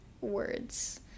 words